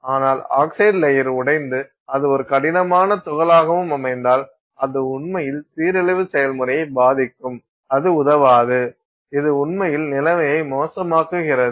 ஆனால் oxide layer உடைந்து அது ஒரு கடினமான துகளாகவும் அமைந்தால் அது உண்மையில் சீரழிவு செயல்முறையை பாதிக்கும் அது உதவாது இது உண்மையில் நிலைமையை மோசமாக்குகிறது